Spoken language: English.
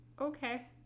Okay